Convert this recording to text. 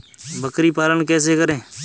बकरी पालन कैसे करें?